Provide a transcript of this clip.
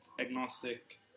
agnostic